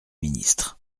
ministre